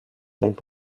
named